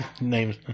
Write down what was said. name